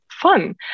fun